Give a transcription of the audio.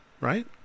right